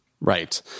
Right